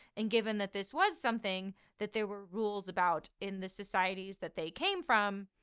and given that this was something that there were rules about in the societies that they came from,